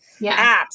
apps